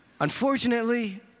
Unfortunately